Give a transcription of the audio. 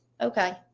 okay